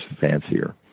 fancier